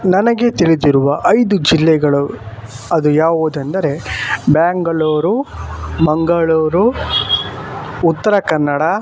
ನನಗೆ ತಿಳಿದಿರುವ ಐದು ಜಿಲ್ಲೆಗಳು ಅದು ಯಾವುದೆಂದರೆ ಬೆಂಗಳೂರು ಮಂಗಳೂರು ಉತ್ತರ ಕನ್ನಡ